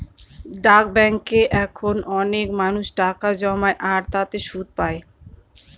ডাক ব্যাঙ্কে এখন অনেক মানুষ টাকা জমায় আর তাতে সুদ পাই